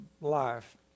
life